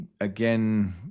again